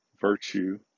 virtue